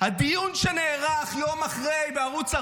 הדיון שנערך יום אחרי בערוץ 14,